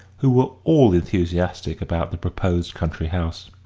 who were all enthusiastic about the proposed country house.